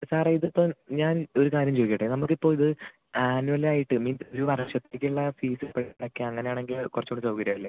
സാറെ ഇത് ഇപ്പം ഞാൻ ഒരു കാര്യം ചോദിക്കട്ടെ നമ്മൾക്ക് ഇപ്പം ഇത് ആനുവൽ ആയിട്ട് മീൻസ് ഒരു വർഷത്തേക്ക് ഉള്ള ഫീസ് ഇപ്പം അടക്കാം അങ്ങനെ ആണെങ്കിൽ കുറച്ച് കൂടി സൗകര്യം അല്ലെ